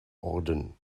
orden